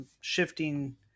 shifting